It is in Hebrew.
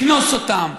לקנוס אותם,